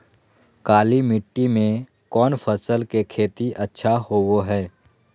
काली मिट्टी में कौन फसल के खेती अच्छा होबो है?